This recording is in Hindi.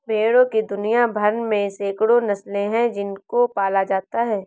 भेड़ों की दुनिया भर में सैकड़ों नस्लें हैं जिनको पाला जाता है